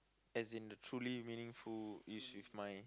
as in the truly meaningful is with my